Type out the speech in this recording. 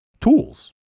Tools